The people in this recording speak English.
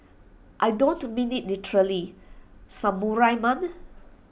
I don't mean IT literally samurai man